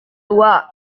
tua